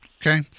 Okay